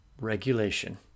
regulation